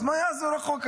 אז מה יעזור החוק הזה?